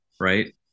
right